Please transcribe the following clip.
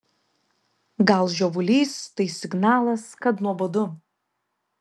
gal žiovulys tai signalas kad nuobodu